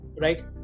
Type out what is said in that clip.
right